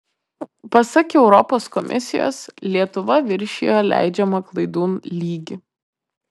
pasak europos komisijos lietuva viršijo leidžiamą klaidų lygį